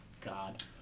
God